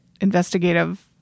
investigative